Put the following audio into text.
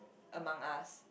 among us